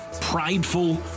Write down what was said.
prideful